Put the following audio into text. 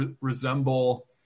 resemble